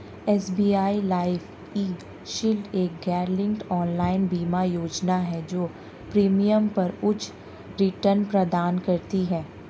SBI life e shield एक गैरलिंक्ड online बीमा योजना है जो प्रीमियम पर उच्च रिटर्न प्रदान करती है